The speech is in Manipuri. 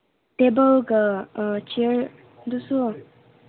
ꯇꯦꯕꯜꯒ ꯆꯤꯌꯔꯗꯨꯁꯨ